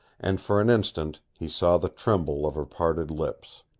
and for an instant he saw the tremble of her parted lips.